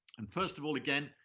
and first of all, again,